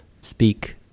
speak